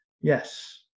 Yes